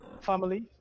family